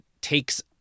takes